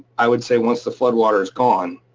i would say once the flood water's gone,